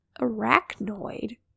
Arachnoid